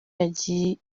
yagiye